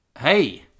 hey